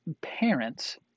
parents